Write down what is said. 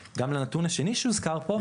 שנית, גם לנתון השני שהוזכר פה.